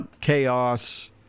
Chaos